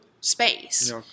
space